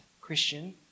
Christian